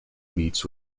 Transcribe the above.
meets